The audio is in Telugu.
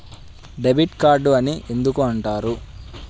డెబిట్ కార్డు అని ఎందుకు అంటారు?